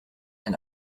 and